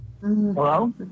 Hello